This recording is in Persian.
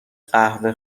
قهوه